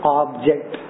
object